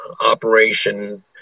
operation